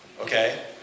okay